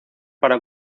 para